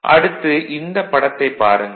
அடுத்து இந்தப் படத்தைப் பாருங்கள்